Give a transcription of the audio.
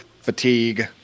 fatigue